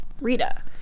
Rita